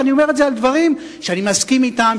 ואני אומר את זה על דברים שאני מסכים אתם,